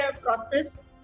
process